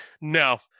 No